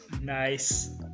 Nice